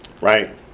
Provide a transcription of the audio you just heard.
Right